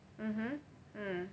mmhmm mm